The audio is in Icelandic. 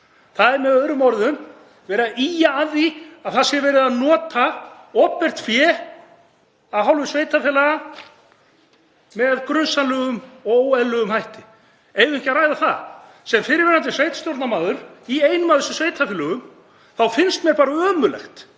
Það er með öðrum orðum verið að ýja að því að það sé verið að nota opinbert fé af hálfu sveitarfélaga með grunsamlegum og óeðlilegum hætti. Eigum við ekki að ræða það? Sem fyrrverandi sveitarstjórnarmaður í einum af þessum sveitarfélögum finnst mér bara ömurlegt